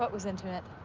but was intimate?